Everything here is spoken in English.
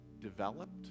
developed